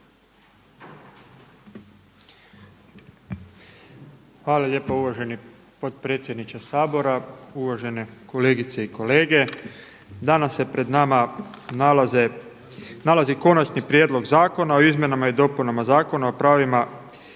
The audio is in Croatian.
Hvala lijepa. Uvaženi potpredsjedniče Sabora, uvažene kolegice i kolege. Danas se pred nama nalazi Konačni prijedlog zakona o izmjenama i dopunama Zakona o pravima i